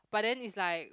but then it's like